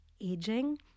aging